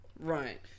Right